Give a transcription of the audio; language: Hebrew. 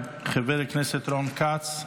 חבר הכנסת רון כץ,